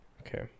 Okay